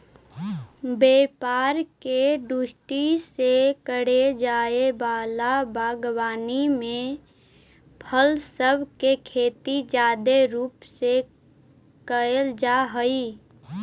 व्यापार के दृष्टि से करे जाए वला बागवानी में फल सब के खेती जादे रूप से कयल जा हई